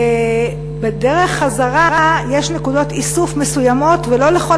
בדרך חזרה יש נקודות איסוף מסוימות ולא לכל